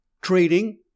Trading